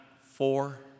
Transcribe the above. four